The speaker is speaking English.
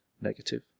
negative